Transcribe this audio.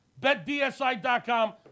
betdsi.com